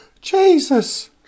Jesus